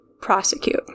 prosecute